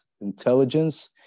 intelligence